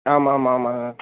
ஆமாம் ஆமாம் ஆமாம் ஆ